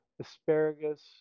asparagus